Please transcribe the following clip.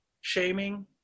shaming